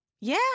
Yeah